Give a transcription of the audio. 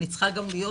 אני צריכה גם להיות,